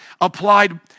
applied